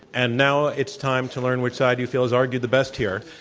and now it's time to learn which side you feel has argued the best here.